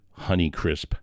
Honeycrisp